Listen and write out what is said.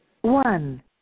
one